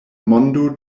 mondo